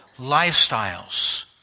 lifestyles